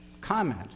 comment